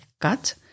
cut